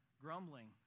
grumbling